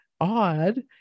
odd